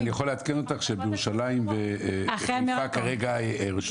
אני יכול לעדכן אותך שבירושלים ובחיפה כרגע ברשות